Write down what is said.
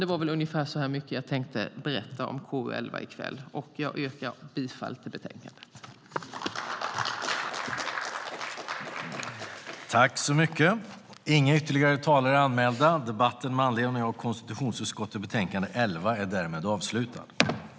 Det var ungefär så mycket som jag tänkte berätta om KU11 i kväll. Jag yrkar bifall till utskottets förslag i betänkandet.